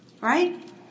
Right